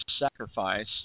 sacrifice